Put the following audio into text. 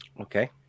Okay